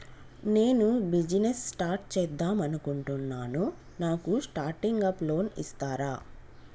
నేను business start చేద్దామనుకుంటున్నాను నాకు స్టార్టింగ్ అప్ లోన్ ఇస్తారా?